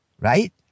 right